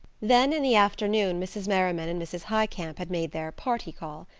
then in the afternoon mrs. merriman and mrs. highcamp had made their party call.